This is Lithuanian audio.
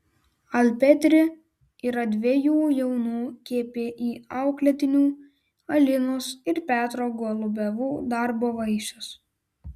alpetri yra dviejų jaunų kpi auklėtinių alinos ir petro golubevų darbo vaisius